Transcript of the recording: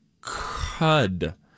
Cud